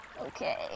okay